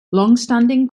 longstanding